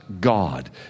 God